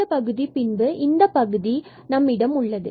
இந்த பகுதி k2 32k2 ஆக இருந்தது